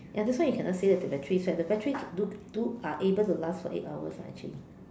ya that's why you cannot say that to the battery is set the battery do do are able to last for eight hours ah actually